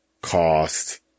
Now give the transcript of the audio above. cost